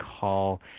call